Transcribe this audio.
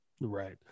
Right